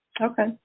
Okay